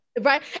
right